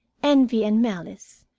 envy, and malice,